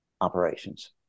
operations